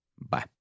Bye